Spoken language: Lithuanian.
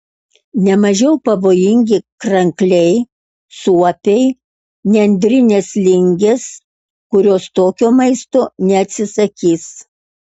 ne mažiau pavojingi krankliai suopiai nendrinės lingės kurios tokio maisto neatsisakys